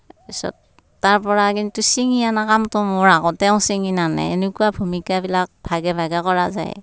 তাৰপিছত তাৰপৰা কিন্তু চিঙি অনা কামটো মোৰ আকৌ তেওঁ চিঙি নানে এনেকুৱা ভূমিকাবিলাক ভাগে ভাগে কৰা যায়